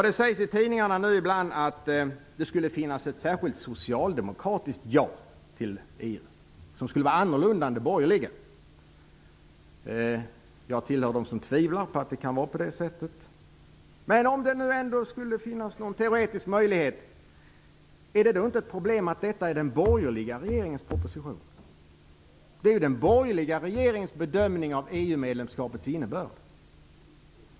Det sägs i tidningarna ibland att det skulle finnas ett särskilt socialdemokratiskt ja till EU, som skulle vara annorlunda än det borgerliga. Jag tillhör dem som tvivlar på att det kan vara på det sättet. Men om det skulle finnas någon teoretisk möjlighet, är det då inte ett problem att detta är den borgerliga regeringens proposition? Det är den borgerliga regeringens bedömning av EU-medlemskapets innebörd.